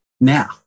Now